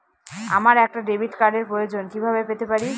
আমার একটা ডেবিট কার্ডের প্রয়োজন কিভাবে পেতে পারি?